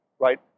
Right